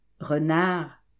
Renard